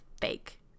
fake